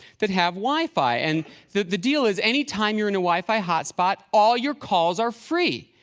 that have wi-fi. and the the deal is, any time you're in a wi-fi hotspot, all your calls are free.